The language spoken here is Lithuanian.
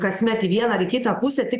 kasmet į vieną ar į kitą pusę tik